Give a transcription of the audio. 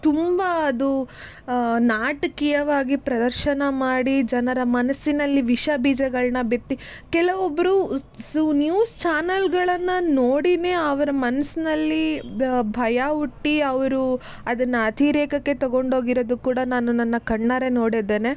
ತುಂಬ ಅದು ನಾಟಕೀಯವಾಗಿ ಪ್ರದರ್ಶನ ಮಾಡಿ ಜನರ ಮನಸ್ಸಿನಲ್ಲಿ ವಿಷ ಬೀಜಗಳನ್ನ ಬಿತ್ತಿ ಕೆಲವೊಬ್ಬರು ಸು ನ್ಯೂಸ್ ಚಾನೆಲ್ಗಳನ್ನು ನೋಡಿಯೇ ಅವರ ಮನಸ್ಸಿನಲ್ಲಿ ಭಯ ಹುಟ್ಟಿ ಅವರು ಅದನ್ನು ಅತಿರೇಕಕ್ಕೆ ತೊಗೊಂಡು ಹೋಗಿರೋದು ಕೂಡ ನಾನು ನನ್ನ ಕಣ್ಣಾರೆ ನೋಡಿದ್ದೇನೆ